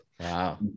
Wow